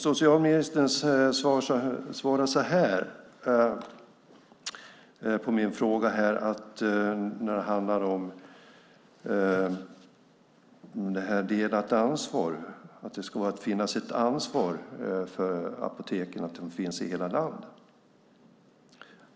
Socialministern svarar på min fråga som handlar om delat ansvar att det ska finnas ett ansvar för att apoteken finns i hela landet.